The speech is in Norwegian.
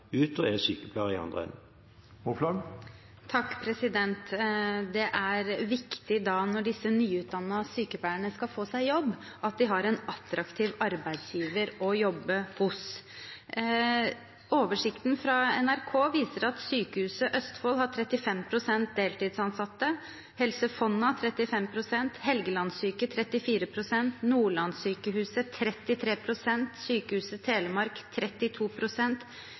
ut og er sykepleiere i andre enden. Det er viktig når disse nyutdannede sykepleierne skal få seg jobb, at de har en attraktiv arbeidsgiver å jobbe hos. Oversikten fra NRK viser at Sykehuset Østfold har 35 pst. deltidsansatte, Helse Fonna 35 pst., Helgelandssykehuset 34 pst., Nordlandssykehuset 33 pst., Sykehuset Telemark